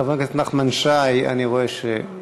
חבר הכנסת נחמן שי, מוותר.